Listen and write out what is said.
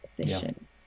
position